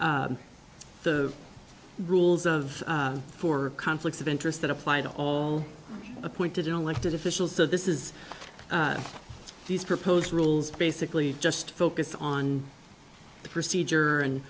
the rules of for conflicts of interest that apply to all appointed elected officials so this is these proposed rules basically just focus on the procedure and